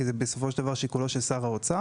כי בסופו של דבר זה לשיקולו של שר האוצר.